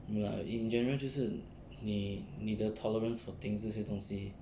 no lah in general 就是你的 tolerance for things 这些东西